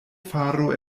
faro